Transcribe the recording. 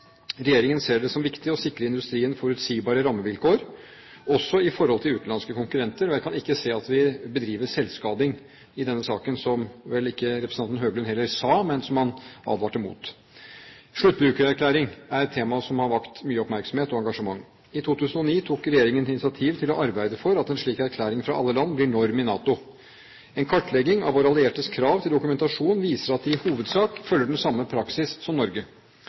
Regjeringen ser det som viktig å sikre industrien forutsigbare rammevilkår, også i forhold til utenlandske konkurrenter. Jeg kan ikke se at vi bedriver selvskading i denne saken, som representanten Høglund vel heller ikke sa, men som han advarte mot. Sluttbrukererklæring er et tema som har vakt mye oppmerksomhet og engasjement. I 2009 tok regjeringen initiativ til å arbeide for at en slik erklæring fra alle land blir norm i NATO. En kartlegging av våre alliertes krav til dokumentasjon viser at de i hovedsak følger den samme praksis som Norge.